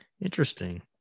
Interesting